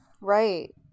Right